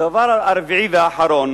הדבר הרביעי והאחרון